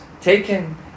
taken